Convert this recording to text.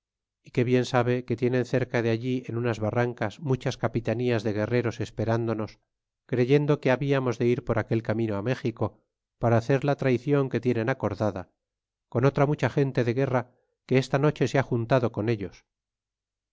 y que bien sabe que tienen cerca de allí en unas barrancas muchas capitanías de guerreros esperándonos creyendo que habiamos de ir por aquel camino á méxico para hacer la traiclon que tienen acordada con otra mucha gente de guerra que esta noche se ha juntado con ellos